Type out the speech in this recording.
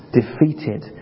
defeated